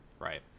Right